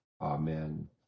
Amen